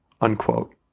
unquote